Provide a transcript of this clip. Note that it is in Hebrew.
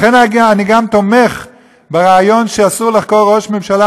לכן אני גם תומך ברעיון שאסור לחקור ראש ממשלה,